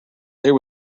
there